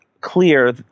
clear